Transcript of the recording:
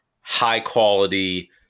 high-quality